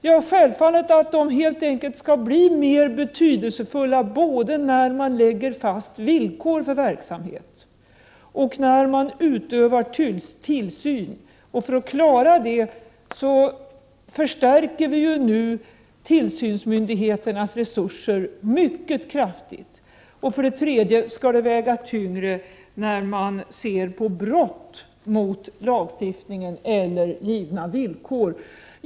Jo, självfallet att de helt enkelt skall bli mer betydelsefulla både när man lägger fast villkor för en verksamhet och när man utövar tillsyn. För att man skall klara detta förstärker vi nu tillsynsmyndigheternas resurser mycket kraftigt. Dessutom skall miljökraven väga tyngre när man ser på brott mot lagstiftningen eller mot givna villkor.